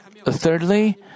thirdly